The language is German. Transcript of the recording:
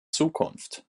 zukunft